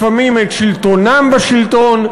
לפעמים את שלטונם בשלטון,